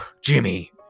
Jimmy